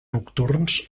nocturns